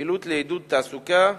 פעילות לעידוד תעסוקה,